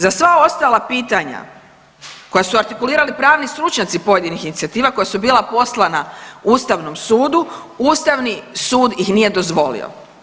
Za sva ostala pitanja koja su artikulirali pravni stručnjaci pojedinih inicijativa koja su bila poslana Ustavnom sudu, Ustavni sud ih nije dozvolio.